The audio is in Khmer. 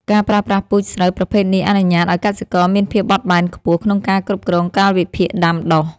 ការប្រើប្រាស់ពូជស្រូវប្រភេទនេះអនុញ្ញាតឱ្យកសិករមានភាពបត់បែនខ្ពស់ក្នុងការគ្រប់គ្រងកាលវិភាគដាំដុះ។